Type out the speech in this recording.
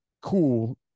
cool